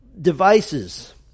devices